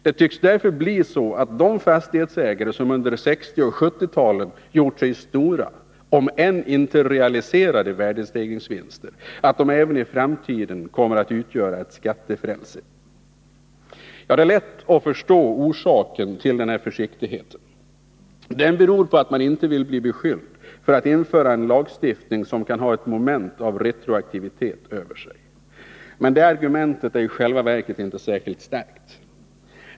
Det tycks därför bli så, att de fastighetsägare som under 1960 och 1970-talen gjort sig stora, om än inte realiserade värdestegringsvinster, även i framtiden kommer att utgöra ett skattefrälse. Det är lätt att förstå orsaken till denna försiktighet. Den beror på att man inte vill bli beskylld för att införa en lagstiftning som kan ha moment av retroaktivitet över sig. Det argumentet är dock inte särskilt starkt.